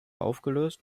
aufgelöst